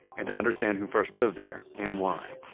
and to understand who first lived there, and why,